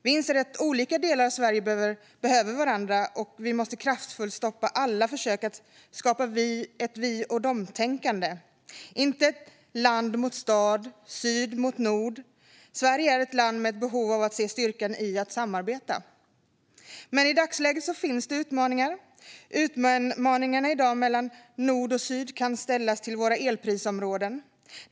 Vi inser att olika delar av Sverige behöver varandra, och vi måste kraftfullt stoppa alla försök att skapa ett vi och de-tänkande. Det är inte land mot stad eller syd mot nord. Sverige är ett land med ett behov av att se styrkan i att samarbeta. I dagsläget finns det dock utmaningar. Utmaningarna i dag mellan nord och syd har att göra med våra elprisområden.